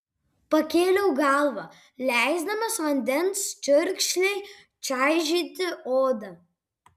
pakėliau galvą leisdamas vandens čiurkšlei čaižyti odą